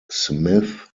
smith